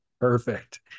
Perfect